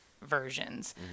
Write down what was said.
versions